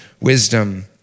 wisdom